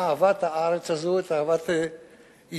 אהבת הארץ הזאת, אהבת ישראל.